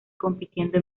compitiendo